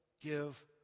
give